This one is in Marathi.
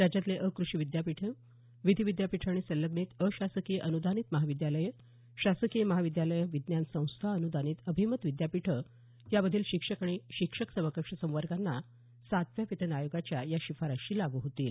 राज्यातले अकृषि विद्यापीठे विधि विद्यापीठे आणि संलग्नित अशासकीय अनुदानित महाविद्यालये शासकीय महाविद्यालये विज्ञान संस्था अनुदानित अभिमत विद्यापीठे यामधील शिक्षक आणि शिक्षक समकक्ष संवर्गांना सातव्या वेतन आयोगाच्या या शिफारशी लागू होतील